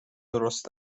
درست